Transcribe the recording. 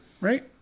Right